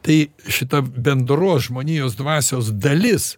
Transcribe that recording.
tai šita bendros žmonijos dvasios dalis